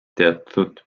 teatud